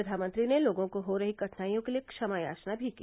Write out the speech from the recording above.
प्रधानमंत्री ने लोगों को हो रही कठिनाइयों के लिए क्षमायाचना भी की